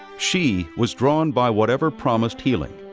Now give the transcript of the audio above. she was drawn by whatever promised healing,